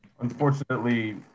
Unfortunately